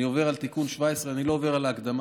אני עובר לתיקון 17. אני לא עובר על ההקדמה,